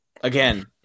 Again